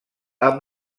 amb